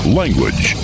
language